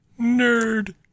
Nerd